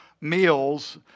meals